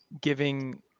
giving